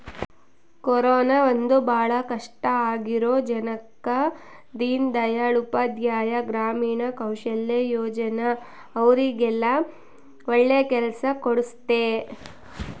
corona ಬಂದು ಭಾಳ ಕಷ್ಟ ಆಗಿರೋ ಜನಕ್ಕ ದೀನ್ ದಯಾಳ್ ಉಪಾಧ್ಯಾಯ ಗ್ರಾಮೀಣ ಕೌಶಲ್ಯ ಯೋಜನಾ ಅವ್ರಿಗೆಲ್ಲ ಒಳ್ಳೆ ಕೆಲ್ಸ ಕೊಡ್ಸುತ್ತೆ